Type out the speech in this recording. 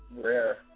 Rare